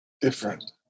different